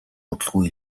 удалгүй